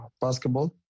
basketball